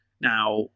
Now